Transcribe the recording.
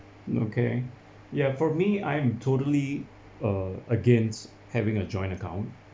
okay ya for me I'm totally err against having a joint account